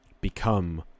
become